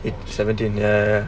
it seventeen ya